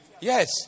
Yes